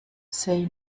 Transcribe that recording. say